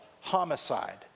homicide